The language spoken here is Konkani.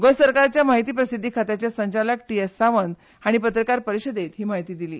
गोंय सरकारच्या म्हायती प्रसिद्धी खात्याचे संचालक टी एस सावंत हांणी आयज पत्रकार परिशदेत ही म्हायती दिली